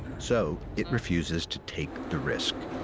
so it refuses to take the risk.